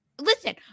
listen